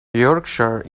yorkshire